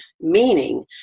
Meaning